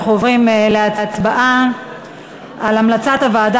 אנחנו עוברים להצבעה על המלצת הוועדה